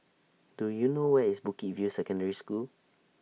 Do YOU know Where IS Bukit View Secondary School